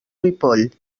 ripoll